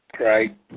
Right